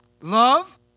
Love